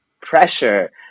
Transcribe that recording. pressure